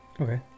Okay